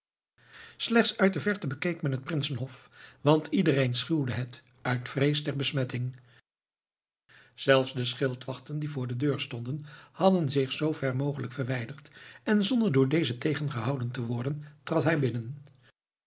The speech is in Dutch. slechts uit de verte bekeek men het prinsenhof want iedereen schuwde het uit vrees der besmetting zelfs de schildwachten die voor de deur stonden hadden zich zoo ver mogelijk verwijderd en zonder door dezen tegen gehouden te worden trad hij binnen